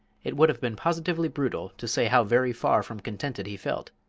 it would have been positively brutal to say how very far from contented he felt,